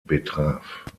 betraf